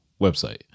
website